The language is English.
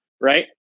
right